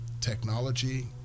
technology